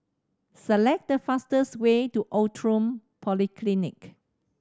select the fastest way to Outram Polyclinic